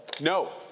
No